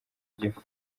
gifu